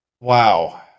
Wow